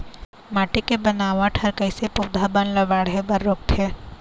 माटी के बनावट हर कइसे पौधा बन ला बाढ़े बर रोकथे?